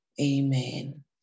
amen